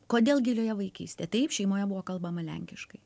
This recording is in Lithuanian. kodėl gilioje vaikystėje taip šeimoje buvo kalbama lenkiškai